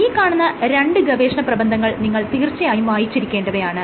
ഈ കാണുന്ന രണ്ട് ഗവേഷണ പ്രബന്ധങ്ങൾ നിങ്ങൾ തീർച്ചയായും വായിച്ചിരിക്കേണ്ടവയാണ്